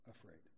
afraid